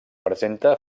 presenta